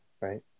right